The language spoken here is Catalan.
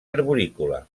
arborícola